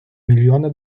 мільйони